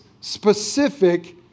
specific